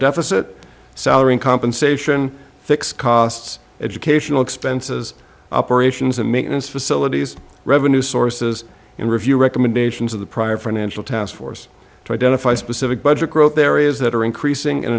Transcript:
deficit salary in compensation fixed costs educational expenses operations and maintenance facilities revenue sources and review recommendations of the prior financial task force to identify specific budget growth areas that are increasing in